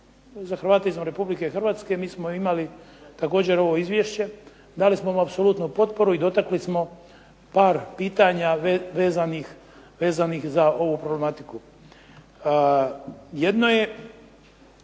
za Hrvate izvan Republike Hrvatske mi smo imali također ovo izvješće. Dali smo mu apsolutnu potporu i dotakli smo par pitanja vezanih za ovu problematiku. Jedno je